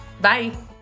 Bye